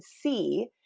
see